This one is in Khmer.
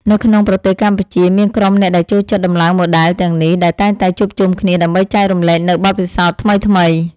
នៅក្នុងប្រទេសកម្ពុជាមានក្រុមអ្នកដែលចូលចិត្តដំឡើងម៉ូដែលទាំងនេះដែលតែងតែជួបជុំគ្នាដើម្បីចែករំលែកនូវបទពិសោធន៍ថ្មីៗ។